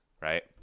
right